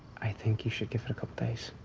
i think you should give it a couple days